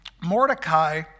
Mordecai